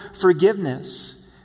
forgiveness